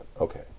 okay